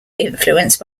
influenced